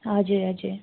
हजुर हजुर